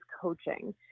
coaching